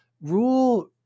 Rule